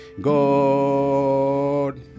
God